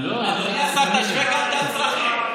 אדוני השר, תשווה גם את הצרכים.